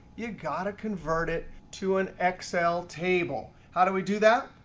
you've got to convert it to an excel table. how do we do that?